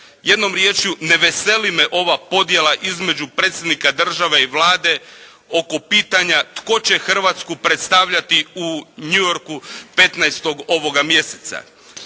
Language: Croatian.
Jednom riječju ne veseli me ova podjela između predsjednika države i Vlade oko pitanja tko će Hrvatsku predstavljati u New Yorku 15. ovoga mjeseca.